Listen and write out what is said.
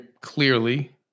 clearly